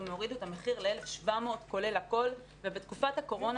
הם הורידו את המחירים ל-1,700 כולל הכול ובתקופת הקורונה